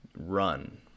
run